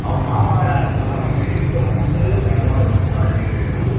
அவங்க மாமா வேறு அடுத்த வாரம் வெளியூர் போகிறாங்க சார் அதனால்தான் ஒரு மூண்நாள் லீவ் வேணும்